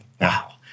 wow